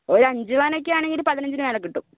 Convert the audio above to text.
ഒരു അഞ്ച് പവനൊക്കെ ആണെങ്കിൽ പതിനഞ്ചിനു മേലെ കിട്ടും